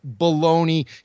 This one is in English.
baloney